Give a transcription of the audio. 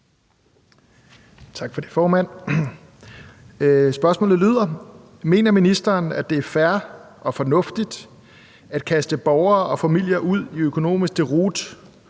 Spørgsmålet lyder: Mener ministeren, at det er fair og fornuftigt at kaste borgere og familier ud i økonomisk deroute